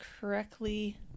correctly